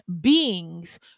beings